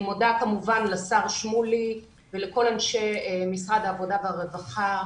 אני מודה כמובן לשר שמולי ולכל אנשי משרד העבודה והרווחה.